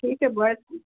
ਠੀਕ ਐ boy school